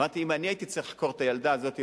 אמרתי שאם אני הייתי צריך לחקור את הילדה הזאת,